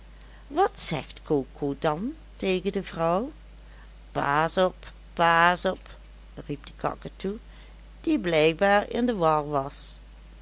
wat zegt coco dan tegen de vrouw pas op pas op riep de kaketoe die blijkbaar in de war was